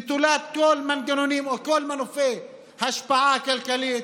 נטולת כל מנגנונים או כל מנופי השפעה כלכלית,